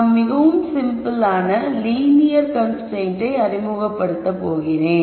நான் மிகவும் simple linear கன்ஸ்ரைன்ட்டை அறிமுகப்படுத்தப் போகிறேன்